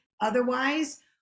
Otherwise